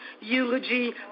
eulogy